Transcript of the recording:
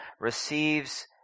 receives